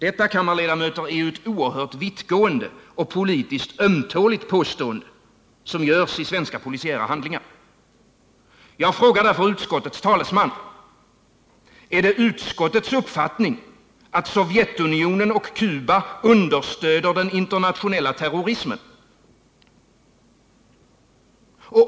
Detta, kammarledamöter, är ett oerhört vittgående och politiskt ömtåligt påstående som görs i svenska polisiära handlingar. Jag frågar därför utskottets talesman: Är det utskottets uppfattning att Sovjetunionen och Cuba understöder den internationella terrorismen?